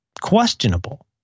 questionable